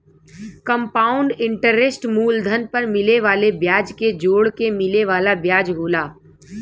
compound interest मूलधन पर मिले वाले ब्याज के जोड़के मिले वाला ब्याज होला